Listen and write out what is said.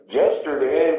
yesterday